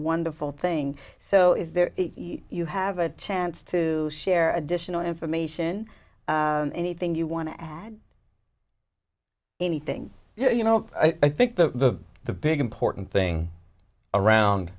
wonderful thing so is there you have a chance to share additional information and anything you want to add anything you know i think the the big important thing around